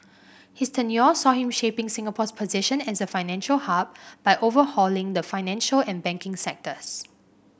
his tenure saw him shaping Singapore's position as a financial hub by overhauling the financial and banking sectors